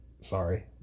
sorry